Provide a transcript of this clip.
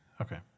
Okay